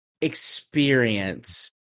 experience